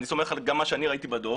אני סומך גם על מה שאני ראיתי בדוח